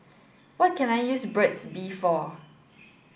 what can I use Burt's bee for